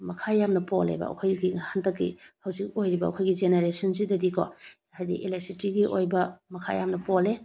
ꯃꯈꯥ ꯌꯥꯝꯅ ꯄꯣꯜꯂꯦꯕ ꯑꯩꯈꯣꯏꯒꯤ ꯍꯟꯗꯛꯀꯤ ꯍꯧꯖꯤꯛ ꯑꯣꯏꯔꯤꯕ ꯑꯩꯈꯣꯏꯒꯤ ꯖꯦꯅꯦꯔꯦꯁꯟꯁꯤꯗꯗꯤꯀꯣ ꯍꯥꯏꯗꯤ ꯑꯦꯂꯦꯁꯤꯇ꯭ꯔꯤꯒꯤ ꯑꯣꯏꯕ ꯃꯈꯥ ꯌꯥꯝꯅ ꯄꯣꯜꯂꯦ